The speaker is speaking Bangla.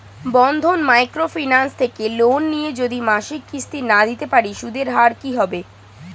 বন্ধন মাইক্রো ফিন্যান্স থেকে লোন নিয়ে যদি মাসিক কিস্তি না দিতে পারি সুদের হার কি হবে?